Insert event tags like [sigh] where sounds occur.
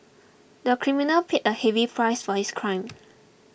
the criminal paid a heavy price for his crime [noise]